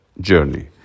journey